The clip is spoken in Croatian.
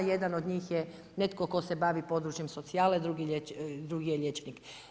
Jedan od njih je netko tko se bavi područjem socijale, drugi je liječnik.